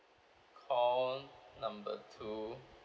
call number two